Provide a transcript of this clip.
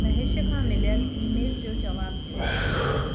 महेश खां मिलियलु ईमेल जो जवाबु ॾियो